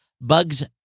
Bugs